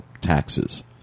taxes